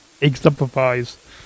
exemplifies